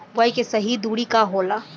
बुआई के सही दूरी का होला?